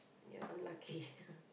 you are unlucky